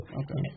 okay